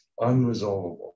unresolvable